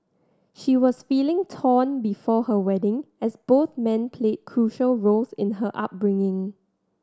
she was feeling torn before her wedding as both men played crucial roles in her upbringing